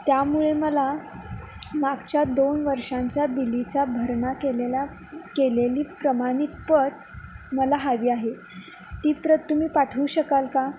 त्यामुळे मला मागच्या दोन वर्षांच्या बिलीचा भरणा केलेला केलेली प्रमाणित पत मला हवी आहे ती प्रत तुम्ही पाठवू शकाल का